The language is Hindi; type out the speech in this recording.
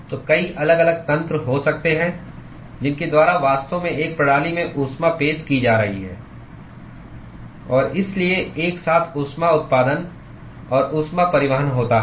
तो कई अलग अलग तंत्र हो सकते हैं जिनके द्वारा वास्तव में एक प्रणाली में ऊष्मा पेश की जा रही है और इसलिए एक साथ ऊष्मा उत्पादन और ऊष्मा परिवहन होता है